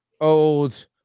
old